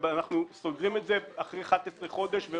ואנחנו סוגרים את זה אחרי 11 חודשים.